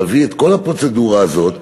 להביא את כל הפרוצדורה הזאת.